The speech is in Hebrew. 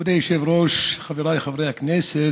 מכובדי היושב-ראש, חבריי חברי הכנסת,